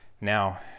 Now